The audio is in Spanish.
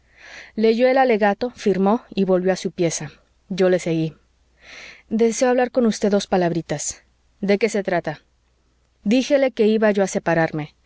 leyó el alegato firmó y volvió a su pieza yo le seguí deseo hablar con usted dos palabritas de qué se trata díjele que iba yo a separarme